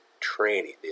training